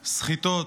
סחיטות,